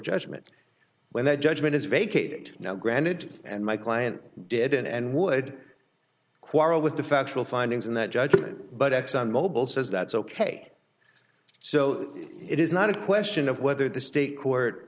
judgment when that judgment is vacate now granted and my client didn't and would quarrel with the factual findings in that judgment but exxon mobil says that's ok so it is not a question of whether the state court